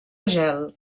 gel